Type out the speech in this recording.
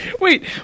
Wait